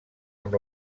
amb